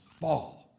fall